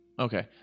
Okay